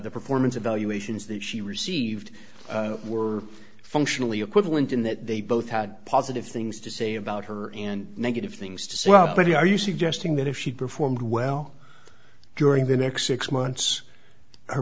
the performance evaluations that she received were functionally equivalent in that they both had positive things to say about her and negative things to say well but you are you suggesting that if she performed well during the next six months her